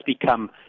become